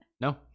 No